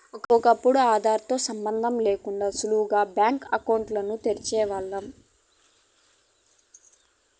ఒకప్పుడు ఆదార్ తో సంబందం లేకుండా సులువుగా బ్యాంకు కాతాల్ని తెరిసేవాల్లం